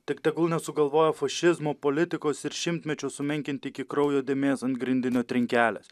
tik tegul nesugalvoja fašizmo politikos ir šimtmečių sumenkinti iki kraujo dėmės ant grindinio trinkelės